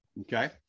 Okay